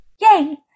Yay